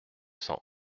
cent